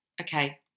Okay